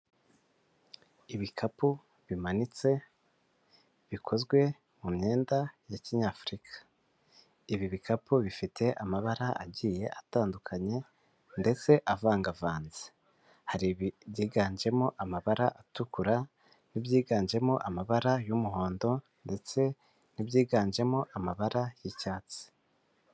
Ibikapu bimanitse bikozwe mu myenda ya kinyafurika ibi bikapu bifite amabara agiye atandukanye ndetse avangavanze hari byiganjemo amabara atukura, n'ibyiganjemo amabara y'umuhondo, ndetse n'ibyiganjemo amabara y'icyatsi.